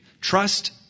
trust